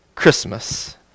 christmas